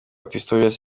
pistorius